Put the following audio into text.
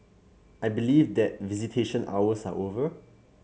I believe that visitation hours are over